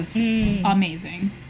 amazing